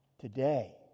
Today